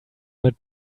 mit